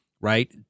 right